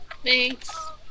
Thanks